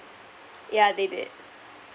yeah they did